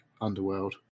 Underworld